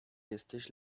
jesteś